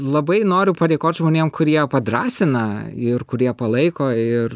labai noriu padėkot žmonėm kurie padrąsina ir kurie palaiko ir